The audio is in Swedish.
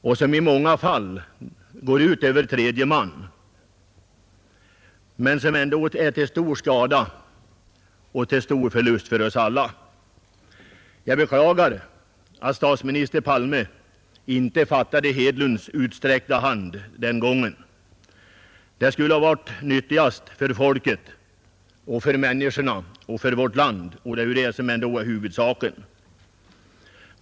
Denna går i många fall ut över tredje man och är även till stor skada och till stor förlust för oss alla. Jag beklagar att statsminister Palme inte fattade herr Hedlunds utsträckta hand den gången. Det skulle ha varit nyttigast för vårt folk och för vårt land, och det är väl ändå det som är huvudsaken.